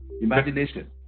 imagination